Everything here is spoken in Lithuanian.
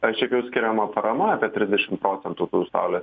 šiaip jau skiriama parama apie trisdešim procentų tų saulės